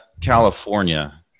California